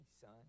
son